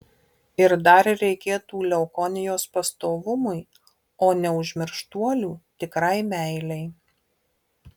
ir dar reikėtų leukonijos pastovumui o neužmirštuolių tikrai meilei